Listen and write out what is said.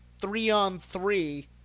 three-on-three